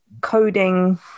coding